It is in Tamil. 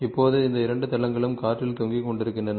இப்போது இந்த 2 தளங்களும் காற்றில் தொங்கிக்கொண்டிருக்கின்றன